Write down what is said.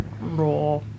raw